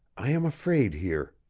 i am afraid here.